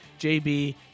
JB